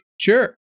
Sure